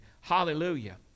Hallelujah